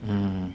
mmhmm